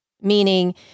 meaning